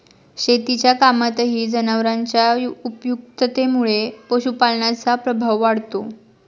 शेतीच्या कामातही जनावरांच्या उपयुक्ततेमुळे पशुपालनाचा प्रभाव वाढतो